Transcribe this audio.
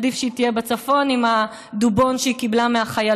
עדיף שהיא תהיה בצפון עם הדובון שהיא קיבלה מהחיילות.